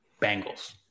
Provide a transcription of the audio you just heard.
Bengals